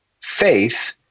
faith